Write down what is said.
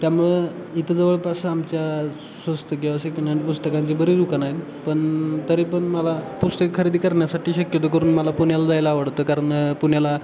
त्यामुळं इथं जवळपास आमच्या स्वस्त किंवा सेकंडहँड पुस्तकांची बरी दुकानं आहेत पण तरी पण मला पुस्तक खरेदी करण्यासाठी शक्यतो करून मला पुण्याला जायला आवडतं कारण पुण्याला